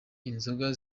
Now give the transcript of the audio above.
inzoga